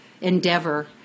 endeavor